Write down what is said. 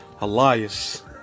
Elias